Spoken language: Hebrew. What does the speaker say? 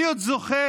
אני עוד זוכר